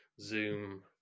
Zoom